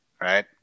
Right